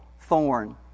thorn